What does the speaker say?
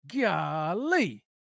Golly